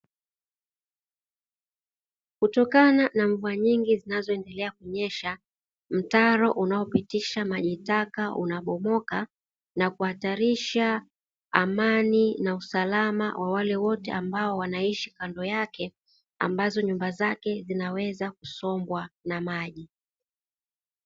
Kutokana na mvua nyingi zinazoendelea kunyesha, mtaro unaopitisha maji taka unabomoka na kuhatarisha amani na usalama wa wale wote ambao wanaishi kando yake, ambazo ni nyumba zake zinaweza kusombwa na maji.